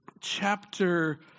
chapter